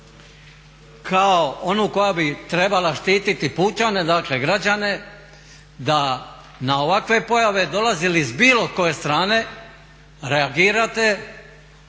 kao onu koja bi trebala štititi pučane, dakle građane da na ovakve pojave dolazili iz bilo koje strane reagirate